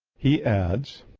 he adds,